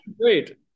Great